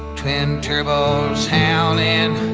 twin turbos howlin and